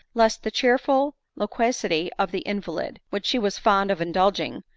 lest the cheerful loquacity of the invalid, which she was fond of indulging,